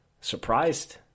Surprised